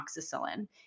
amoxicillin